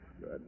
good